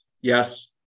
Yes